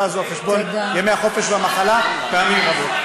הזאת על חשבון ימי החופש והמחלה פעמים רבות.